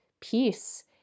peace